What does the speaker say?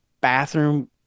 bathroom